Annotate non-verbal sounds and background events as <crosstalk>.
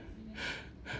<breath>